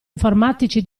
informatici